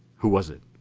who was it?